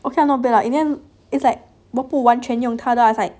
ok not bad lah in the end it's like 我不完全用他的 it's like